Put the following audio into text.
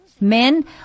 Men